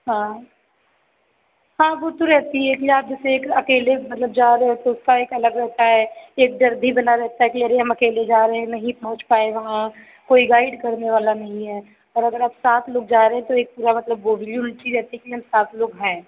हाँ हाँ वह तो रहती है कि आप जैसे अके अकेले मतलब जा रहे हो तो उसका एक अलग रहता है एक डर भी बना रहता है कि अरे हम अकेले जा रहे हैं नहीं पहुँच पाए वहाँ कोई गाइड करने वाला नहीं है और अगर आप सात लोग जा रहे हैं तो कि एक पूरा मतलब बॉगी में वह चीज़ रहती है कि हम सात लोग हैं